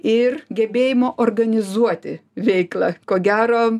ir gebėjimo organizuoti veiklą ko gero